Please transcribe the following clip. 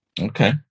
Okay